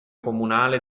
comunale